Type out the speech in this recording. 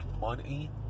money